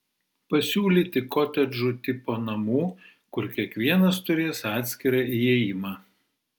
pasiūlyti kotedžų tipo namų kur kiekvienas turės atskirą įėjimą